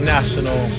National